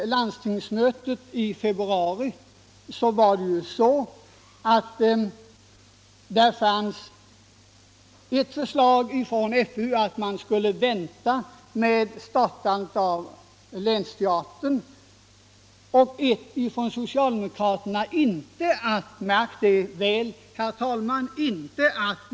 Landstinget beslutade i enlighet med FU:s förslag att skjuta på beslutet om länsteatern. Sedan dess har länsteaterföreningen ändock haft ett sammanträde.